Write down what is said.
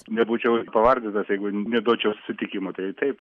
nebūčiau ir pavardintas jeigu neduočiau sutikimo tai taip